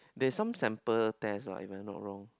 there some sample test ah even not wrong